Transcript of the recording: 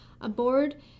aboard